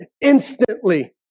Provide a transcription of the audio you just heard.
instantly